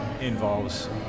involves